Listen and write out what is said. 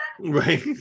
Right